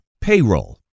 payroll